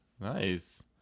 Nice